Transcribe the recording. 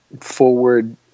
forward